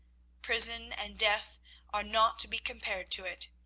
prison and death are not to be compared to it.